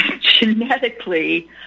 genetically